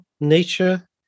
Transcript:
nature